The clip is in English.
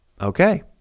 Okay